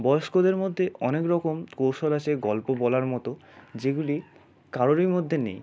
বয়স্কদের মধ্যে অনেক রকম কৌশল আছে গল্প বলার মতো যেগুলি কারোরই মধ্যে নেই